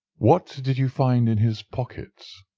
what did you find in his pockets?